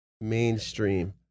mainstream